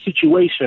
situation